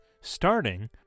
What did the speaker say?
starting